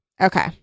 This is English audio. Okay